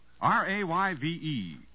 R-A-Y-V-E